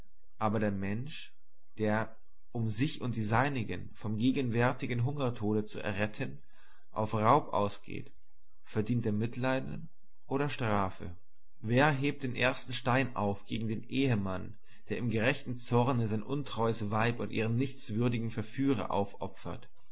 aber der mensch der um sich und die seinigen vom gegenwärtigen hungertode zu erretten auf raub ausgeht verdient der mitleiden oder strafe wer hebt den ersten stein auf gegen den ehemann der im gerechten zorne sein untreues weib und ihren nichtswürdigen verführer aufopfert